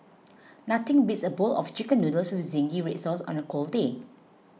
nothing beats a bowl of Chicken Noodles with Zingy Red Sauce on a cold day